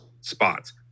spots